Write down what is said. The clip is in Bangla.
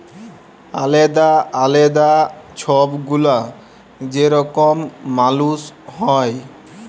আলেদা আলেদা ছব গুলা যে রকম মালুস হ্যয়